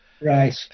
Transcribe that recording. Right